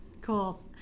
Cool